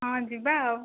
ହଁ ଯିବା ଆଉ